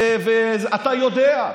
אתה יודע.